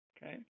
Okay